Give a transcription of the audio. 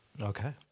Okay